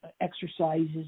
exercises